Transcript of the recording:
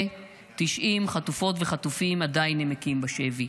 ו-90 חטופות וחטופים עדיין נמקים בשבי.